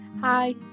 Hi